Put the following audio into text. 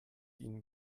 ihnen